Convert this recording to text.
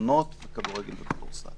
העליונות בכדורגל ובכדורסל.